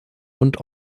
und